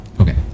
Okay